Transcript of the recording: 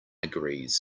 agrees